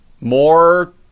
More